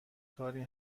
کاری